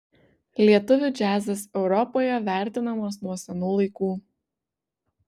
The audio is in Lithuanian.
lietuvių džiazas europoje vertinamas nuo senų laikų